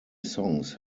songs